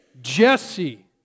Jesse